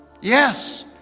Yes